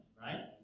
right